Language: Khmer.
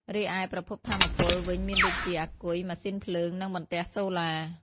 រីឯ ប្រភពថាមពល វិញមានដូចជា អាគុយ ម៉ាស៊ីនភ្លើង និងបន្ទះសូឡា។